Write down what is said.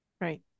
Right